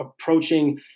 approaching